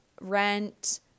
rent